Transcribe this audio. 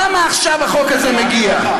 למה עכשיו החוק הזה מגיע?